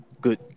good